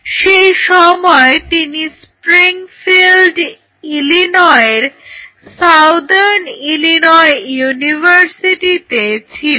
সেই সময় তিনি স্প্রিংফিল্ড ইলিনয়ের সাউদার্ন ইলিনয় ইউনিভার্সিটিতে ছিলেন